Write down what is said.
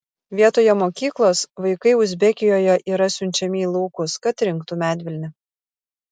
vietoje mokyklos vaikai uzbekijoje yra siunčiami į laukus kad rinktų medvilnę